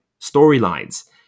storylines